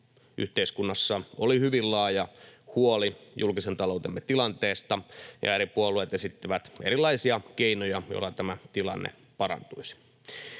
yhteiskunnassa oli hyvin laaja huoli julkisen taloutemme tilanteesta, ja eri puolueet esittivät erilaisia keinoja, joilla tämä tilanne parantuisi.